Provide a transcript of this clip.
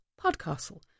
Podcastle